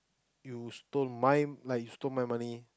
you stole mine like you stole my money